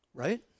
Right